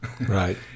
Right